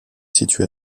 situé